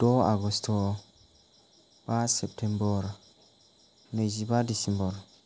द' आगस्ट' बा सेप्तेम्बर नैजिबा दिसेम्बर